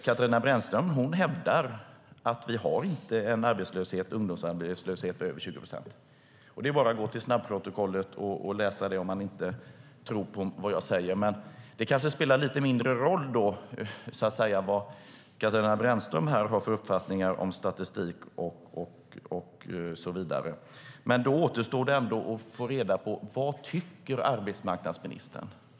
Katarina Brännström hävdar att vi inte har en ungdomsarbetslöshet på över 20 procent i dag. Det är bara att gå till snabbprotokollet och läsa om man inte tror på vad jag säger. Men det kanske spelar lite mindre roll vad Katarina Brännström har för uppfattning om statistik och så vidare. Det återstår ändå att få reda på vad arbetsmarknadsministern tycker.